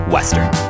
Western